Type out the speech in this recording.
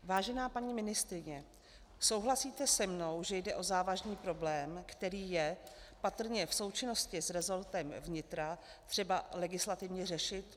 Vážená paní ministryně, souhlasíte se mnou, že jde o závažný problém, který je patrně v součinnosti s resortem vnitra třeba legislativně řešit?.